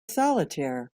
solitaire